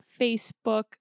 Facebook